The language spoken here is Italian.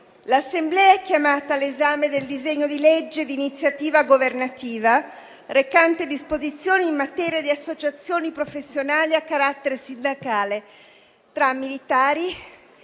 l'Assemblea è chiamata all'esame del disegno di legge di iniziativa governativa recante disposizioni in materia di associazioni professionali a carattere sindacale tra militari e